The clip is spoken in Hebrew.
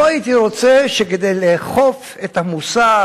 לא הייתי רוצה שכדי לאכוף את המוסר,